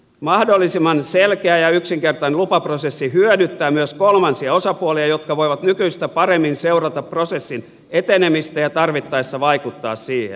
mahdollisimman selkeä ja yksinkertainen lupaprosessi hyödyttää myös kolmansia osapuolia jotka voivat nykyistä paremmin seurata prosessin etenemistä ja tarvittaessa vaikuttaa siihen